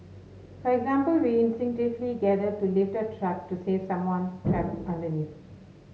for example we instinctively gather to lift a truck to save someone trapped underneath